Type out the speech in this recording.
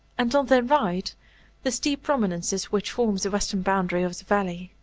and on their right the steep prominences which form the western boundary of valley.